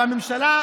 והממשלה,